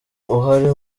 uhari